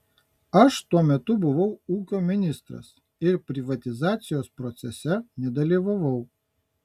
aš tuo metu buvau ūkio ministras ir privatizacijos procese nedalyvavau